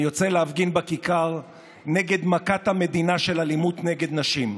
אני יוצא להפגין בכיכר נגד מכת המדינה של אלימות נגד נשים.